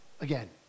again